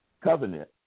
covenant